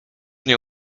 nie